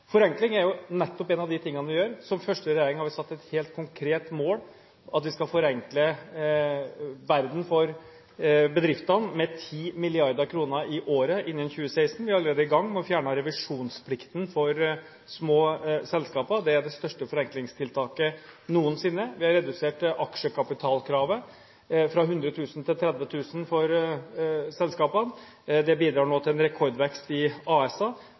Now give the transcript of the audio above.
Forenkling er nettopp noe av det vi gjør. Som første regjering har vi satt et helt konkret mål: Vi skal forenkle verden for bedriftene med 10 mrd. kr i året innen 2016. Vi er allerede i gang med å fjerne revisjonsplikten for små selskaper, det er det største forenklingstiltaket noensinne. Vi har redusert aksjekapitalkravet, fra 100 000 kr til 30 000 kr for selskapene. Det bidrar nå til en rekordvekst i